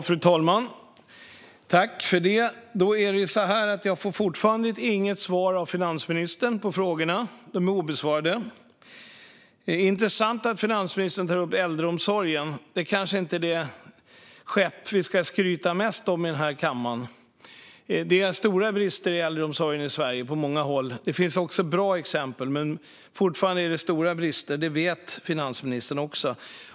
Fru talman! Jag får fortfarande inget svar av finansministern på frågorna. De är obesvarade. Det är intressant att finansministern tar upp äldreomsorgen. Det kanske inte är det skepp vi ska skryta mest om i den här kammaren. Det är stora brister i äldreomsorgen på många håll i Sverige. Det finns också bra exempel, men fortfarande är det stora brister. Det vet finansministern också.